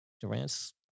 Durant's